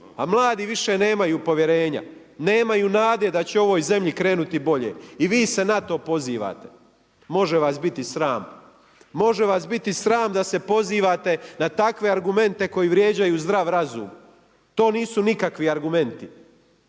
a mladi više nemaju povjerenja, nemaju nade da će u ovoj zemlji krenuti bolje. I vi se na to pozivate. Može vas biti sram! Može vas biti sram da se pozivate na takve argumente koji vrijeđaju zdrav razum. To nisu nikakvi argumenti!